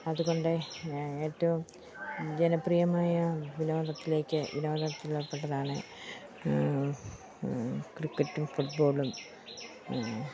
അതുകൊണ്ട് ഏറ്റവും ജനപ്രിയമായ വിനോദത്തിലേക്ക് വിനോദത്തിലേർപ്പെട്ടതാണ് ക്രിക്കറ്റും ഫുട് ബോളും ഒക്കെ